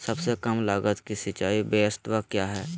सबसे कम लगत की सिंचाई ब्यास्ता क्या है?